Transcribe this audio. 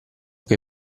che